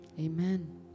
Amen